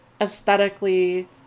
aesthetically